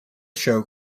show